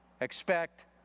expect